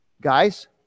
Guys